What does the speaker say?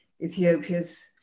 Ethiopia's